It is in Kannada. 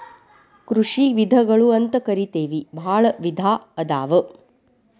ಕೃಷಿ ವಿಧಗಳು ಅಂತಕರಿತೆವಿ ಬಾಳ ವಿಧಾ ಅದಾವ